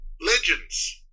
legends